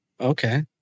Okay